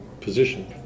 position